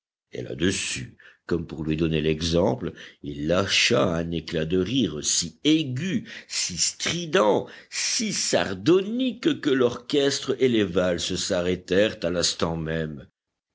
et là-dessus comme pour lui donner l'exemple il lâcha un éclat de rire si aigu si strident si sardonique que l'orchestre et les valses s'arrêtèrent à l'instant même